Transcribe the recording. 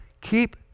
keep